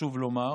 חשוב לומר